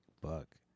Buck